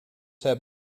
have